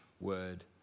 Word